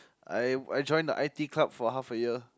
I I join the i_t club for half a year